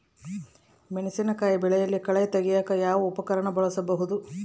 ಮೆಣಸಿನಕಾಯಿ ಬೆಳೆಯಲ್ಲಿ ಕಳೆ ತೆಗಿಯಾಕ ಯಾವ ಉಪಕರಣ ಬಳಸಬಹುದು?